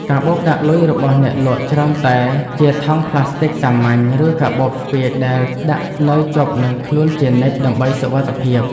កាបូបដាក់លុយរបស់អ្នកលក់ច្រើនតែជាថង់ប្លាស្ទិចសាមញ្ញ ឬកាបូបស្ពាយដែលដាក់នៅជាប់នឹងខ្លួនជានិច្ចដើម្បីសុវត្ថិភាព។